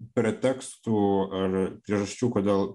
pretekstų ar priežasčių kodėl